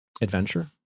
adventure